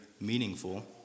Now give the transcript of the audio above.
meaningful